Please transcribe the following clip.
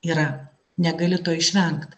yra negali to išvengt